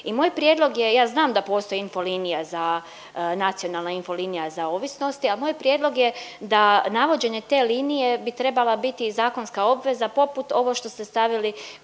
I moje prijedlog je, ja znam da postoji info linija za, nacionalna info linija za ovisnosti, a moj prijedlog je da navođenje te linije bi trebala biti zakonska obveza poput ovo što ste stavili koje